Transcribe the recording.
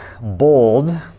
bold